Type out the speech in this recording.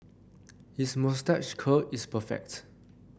his moustache curl is perfect